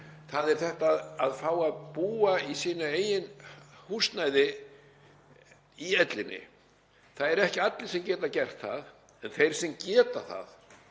kom inn á, að fá að búa í sínu eigin húsnæði í ellinni. Það eru ekki allir sem geta gert það en þeir sem geta það